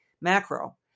macro